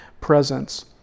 presence